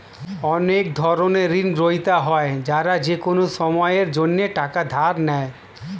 অনেক ধরনের ঋণগ্রহীতা হয় যারা যেকোনো সময়ের জন্যে টাকা ধার নেয়